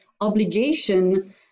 obligation